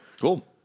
Cool